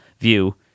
view